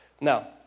Now